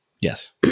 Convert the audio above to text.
Yes